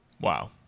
Wow